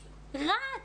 רץ.